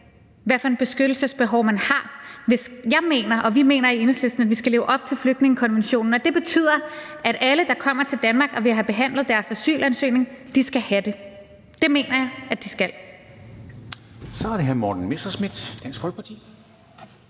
hvilket beskyttelsesbehov man har. Jeg mener og vi mener i Enhedslisten, at vi skal leve op til flygtningekonventionen, og det betyder, at alle, der kommer til Danmark og vil have behandlet deres asylansøgning, skal have det. Det mener jeg at de skal.